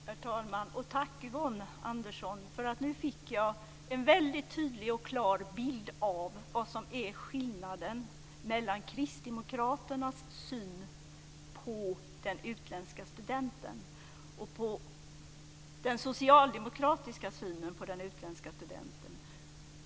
Herr talman! Tack Yvonne Andersson! Nu fick jag en väldigt tydlig och klar bild av skillnaden mellan den kristdemokratiska och den socialdemokratiska synen på den utländska studenten.